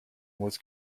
was